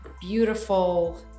beautiful